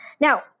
Now